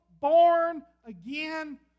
born-again